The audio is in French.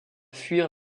fuir